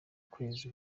kwezi